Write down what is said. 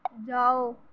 جاؤ